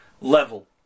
level